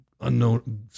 unknown